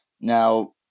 Now